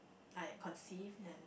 like conceive and